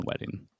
wedding